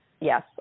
Yes